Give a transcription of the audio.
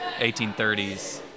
1830s